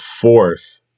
fourth